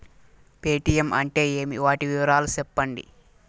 Paytm అంటే ఏమి, వాటి వివరాలు సెప్పండి?